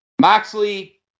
Moxley